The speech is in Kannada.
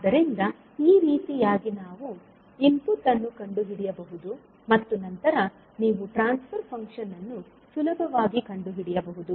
ಆದ್ದರಿಂದ ಈ ರೀತಿಯಾಗಿ ನಾವು ಇನ್ಪುಟ್ ಅನ್ನು ಕಂಡುಹಿಡಿಯಬಹುದು ಮತ್ತು ನಂತರ ನೀವು ಟ್ರಾನ್ಸ್ ಫರ್ ಫಂಕ್ಷನ್ ಅನ್ನು ಸುಲಭವಾಗಿ ಕಂಡುಹಿಡಿಯಬಹುದು